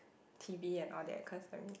t_v and all that cause uh